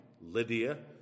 lydia